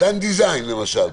דן דיזיין למשל,